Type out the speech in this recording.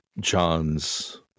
John's